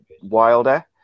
Wilder